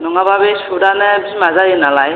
नङाबा बे सुतआनो बिमा जायो नालाय